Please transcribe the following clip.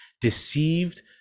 deceived